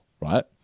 right